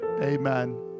Amen